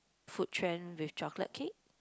food trend with chocolate cake